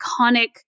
iconic